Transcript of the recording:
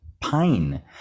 pine